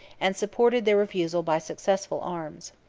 and supported their refusal by successful arms.